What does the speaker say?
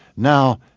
now,